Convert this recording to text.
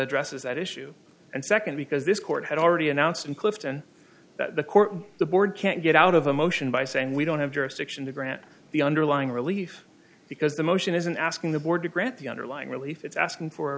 addresses that issue and second because this court had already announced in clifton that the court the board can't get out of a motion by saying we don't have jurisdiction to grant the underlying relief because the motion isn't asking the board to grant the underlying relief it's asking for